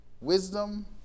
Wisdom